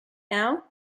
now